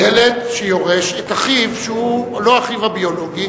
ילד שיורש את אחיו שהוא לא אחיו הביולוגי,